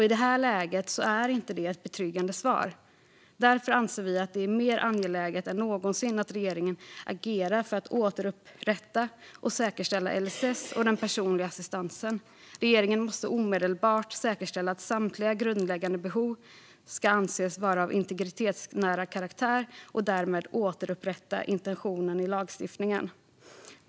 I det här läget är det inte ett betryggande svar. Därför anser vi att det är mer angeläget än någonsin att regeringen agerar för att återupprätta och säkerställa LSS och den personliga assistansen. Regeringen måste omedelbart säkerställa att samtliga grundläggande behov ska anses vara av integritetsnära karaktär och därmed återupprätta intentionen i lagstiftningen.